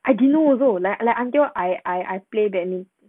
I didn't know also like like until I I I play badmin~